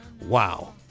Wow